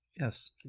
Yes